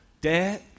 Dad